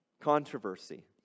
controversy